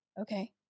okay